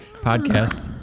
podcast